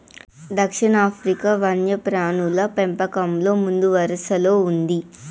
దక్షిణాఫ్రికా వన్యప్రాణుల పెంపకంలో ముందువరసలో ఉంది